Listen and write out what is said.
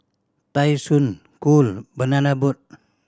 Tai Sun Cool Banana Boat